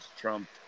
Trump